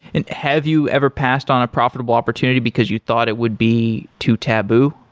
and have you ever passed on a profitable opportunity because you thought it would be to taboo?